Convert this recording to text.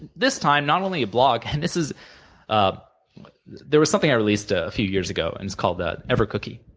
this time, not only a blog, and this is ah there was something i released ah a few years ago, and it's called ever cookie,